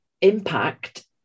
impact